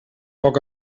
poc